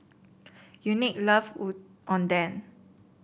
Unique love Oden